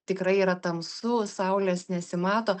tikrai yra tamsu saulės nesimato